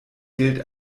gilt